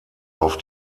auf